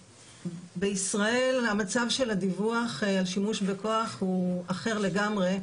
בישראל המצב של הדיווח על שימוש בכוח הוא אחר לגמרי,